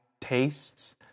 tastes